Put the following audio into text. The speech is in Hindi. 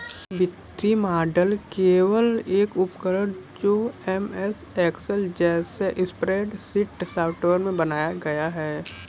एक वित्तीय मॉडल केवल एक उपकरण है जो एमएस एक्सेल जैसे स्प्रेडशीट सॉफ़्टवेयर में बनाया गया है